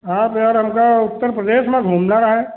आप यार हमका उत्तर प्रदेश में घूमना रहए